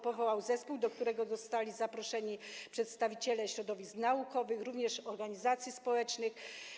Powołał zespół, do którego zostali zaproszeni przedstawiciele środowisk naukowych, również organizacji społecznych.